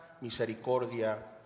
misericordia